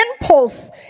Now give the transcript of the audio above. impulse